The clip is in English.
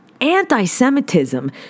anti-Semitism